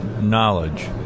knowledge